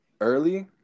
early